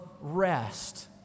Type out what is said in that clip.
rest